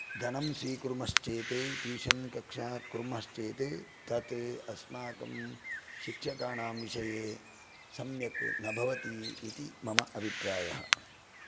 धनं स्वीकुर्मश्चेत् ट्यूषन् कक्षा कुर्मश्चेत् तत् अस्माकं शिक्षकाणां विषये सम्यक् न भवति इति मम अभिप्रायः